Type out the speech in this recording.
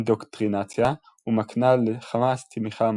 אינדוקטרינציה, ומקנה לחמאס תמיכה עממית.